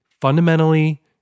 fundamentally